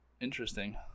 interesting